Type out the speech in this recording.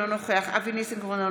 אינו נוכח אבי ניסנקורן,